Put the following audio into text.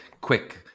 quick